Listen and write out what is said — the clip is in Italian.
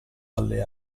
alle